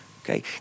Okay